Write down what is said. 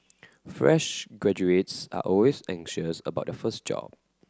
fresh graduates are always anxious about their first job